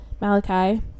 Malachi